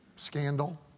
Scandal